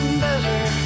better